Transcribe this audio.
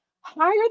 higher